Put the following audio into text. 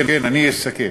כן, אני אסכם.